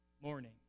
morning